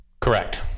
Correct